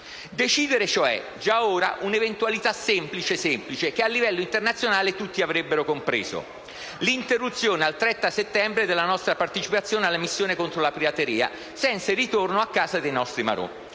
Decidere, cioè, già ora un'eventualità semplice semplice, che a livello internazionale tutti avrebbero compreso: l'interruzione al 30 settembre della nostra partecipazione alla missione contro la pirateria senza il ritorno a casa dei nostri marò.